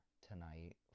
tonight